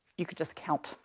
you could just count,